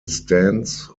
stands